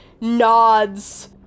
nods